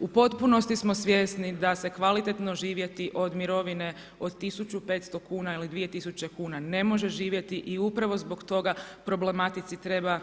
U potpunosti smo svjesni da se kvalitetno živjeti od mirovine 1500 kuna ili 2000 kuna ne može živjeti i upravo zbog toga problematici treba